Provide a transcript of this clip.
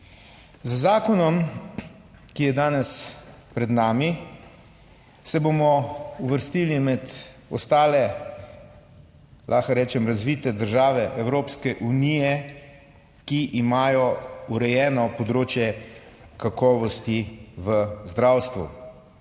Z zakonom, ki je danes pred nami, se bomo uvrstili med ostale, lahko rečem, razvite države Evropske unije, ki imajo urejeno področje kakovosti v zdravstvu.